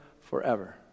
forever